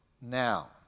Now